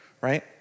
right